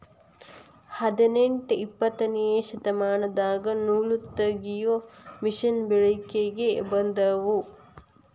ಹದನೆಂಟ ಇಪ್ಪತ್ತನೆ ಶತಮಾನದಾಗ ನೂಲತಗಿಯು ಮಿಷನ್ ಬೆಳಕಿಗೆ ಬಂದುವ